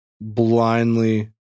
blindly